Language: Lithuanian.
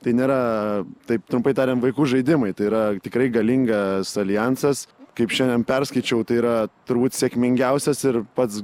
tai nėra taip trumpai tariant vaikų žaidimai tai yra tikrai galingas aljansas kaip šiandien perskaičiau tai yra turbūt sėkmingiausias ir pats